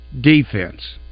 defense